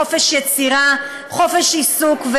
חופש יצירה וחופש עיסוק.